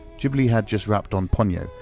ghibli had just wrapped on ponyo,